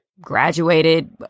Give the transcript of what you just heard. graduated